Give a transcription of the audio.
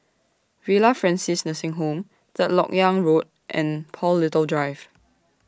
Villa Francis Nursing Home Third Lok Yang Road and Paul Little Drive